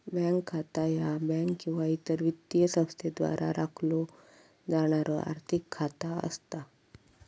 bank खाता ह्या bank किंवा इतर वित्तीय संस्थेद्वारा राखलो जाणारो आर्थिक खाता असता